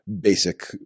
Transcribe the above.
basic